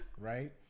right